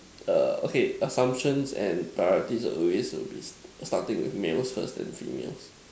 err okay assumptions and priorities always will bees starting with males first then females